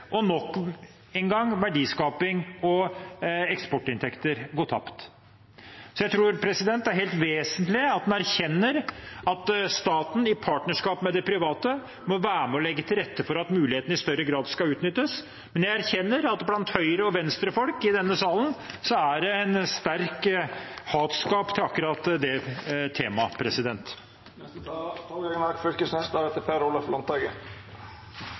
verdiskaping og eksportinntekter nok en gang gå tapt. Jeg tror det er helt vesentlig at en erkjenner at staten, i partnerskap med de private, må være med og legge til rette for at mulighetene i større grad skal utnyttes, men jeg erkjenner at blant Høyre- og Venstre-folk i denne salen, er det et sterkt hatforhold til akkurat det temaet. Jeg vil til slutt ta opp forslaget fra Arbeiderpartiet og Senterpartiet. Da